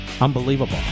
Unbelievable